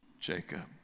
Jacob